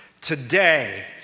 Today